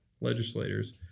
legislators